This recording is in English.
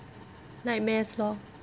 nightmares lor